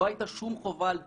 לא היתה שום חובה על "דובק"